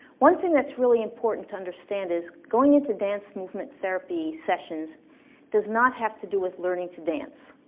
one thing that's really important to understand is going into dance movement therapy sessions does not have to do with learning to dance.